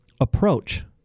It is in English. approach